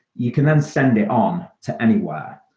you can then send it on to anywhere.